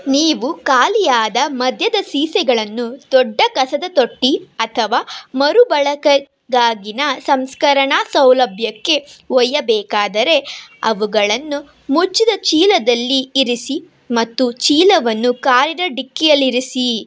ನೀವು ಖಾಲಿಯಾದ ಮದ್ಯದ ಸೀಸೆಗಳನ್ನು ದೊಡ್ಡ ಕಸದ ತೊಟ್ಟಿ ಅಥವಾ ಮರುಬಳಕೆಗಾಗಿನ ಸಂಸ್ಕರಣಾ ಸೌಲಭ್ಯಕ್ಕೆ ಒಯ್ಯಬೇಕಾದರೆ ಅವುಗಳನ್ನು ಮುಚ್ಚಿದ ಚೀಲದಲ್ಲಿ ಇರಿಸಿ ಮತ್ತು ಚೀಲವನ್ನು ಕಾರಿನ ಡಿಕ್ಕಿಯಲ್ಲಿರಿಸಿ